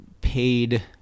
paid